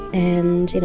and, you know